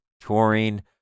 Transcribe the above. touring